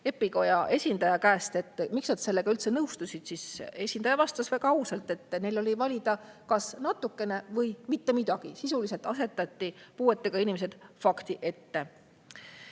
EPIKoja esindaja käest, miks nad sellega üldse nõustusid, siis esindaja vastas väga ausalt, et neil oli valida kas natukene või mitte midagi. Sisuliselt asetati puuetega inimesed fakti ette.